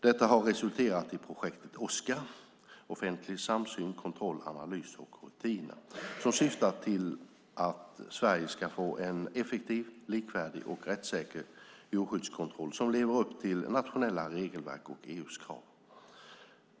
Detta har resulterat i projekt Oskar - Offentlig samsyn, kontroll analys och rutiner - som syftar till att Sverige ska få en effektiv, likvärdig och rättssäker djurskyddskontroll som lever upp till nationella regelverk och EU:s krav.